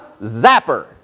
zapper